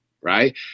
right